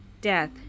death